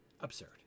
absurd